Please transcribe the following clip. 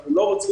אנחנו לא רוצים